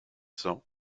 cents